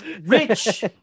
Rich